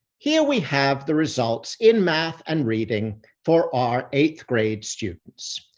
here we have the results in math and reading for our eighth-grade students.